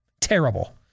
Terrible